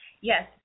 Yes